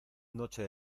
noche